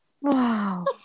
Wow